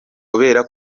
kubera